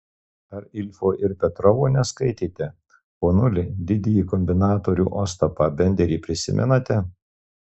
ar ilfo ir petrovo neskaitėte ponuli didįjį kombinatorių ostapą benderį prisimenate